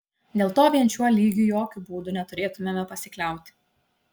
dėl to vien šiuo lygiu jokiu būdu neturėtumėme pasikliauti